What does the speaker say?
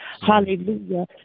Hallelujah